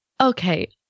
Okay